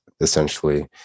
essentially